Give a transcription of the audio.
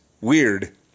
Weird